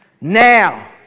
now